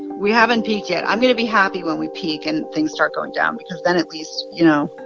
we haven't peaked yet. i'm going to be happy when we peak and things start going down because then at least, you know,